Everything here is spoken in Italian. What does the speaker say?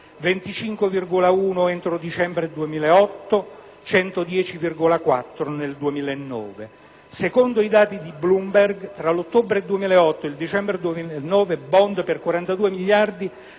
entro dicembre 2008 e 110,4 miliardi nel 2009. Secondo i dati di Bloomberg, tra ottobre 2008 e dicembre 2009 *bond* per 42 miliardi